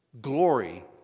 glory